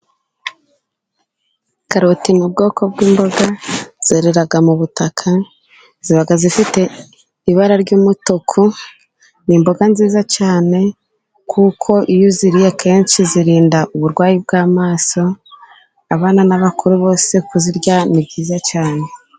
Karoti ni bwoko bw'imboga zerera mu butaka. Ziba zifite ibara ry'umutuku. Ni imboga nziza cyane kuko iyo uziriye akenshi zirinda uburwayi bw'amaso. Abana n'abakuru bose kuzirya ni byiza cyane.